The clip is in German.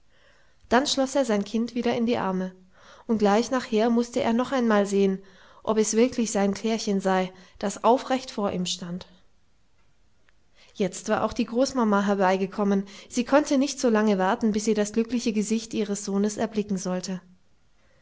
dann schloß er sein kind wieder in die arme und gleich nachher mußte er noch einmal sehen ob es wirklich sein klärchen sei das aufrecht vor ihm stand jetzt war auch die großmama herbeigekommen sie konnte nicht so lange warten bis sie das glückliche gesicht ihres sohnes erblicken sollte